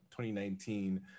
2019